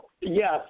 Yes